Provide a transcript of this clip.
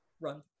run